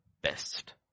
best